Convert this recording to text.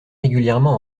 régulièrement